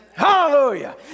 Hallelujah